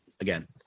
again